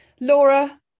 Laura